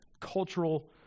cultural